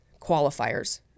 qualifiers